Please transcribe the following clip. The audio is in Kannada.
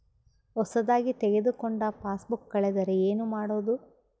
ಹೊಸದಾಗಿ ತೆಗೆದುಕೊಂಡ ಪಾಸ್ಬುಕ್ ಕಳೆದರೆ ಏನು ಮಾಡೋದು?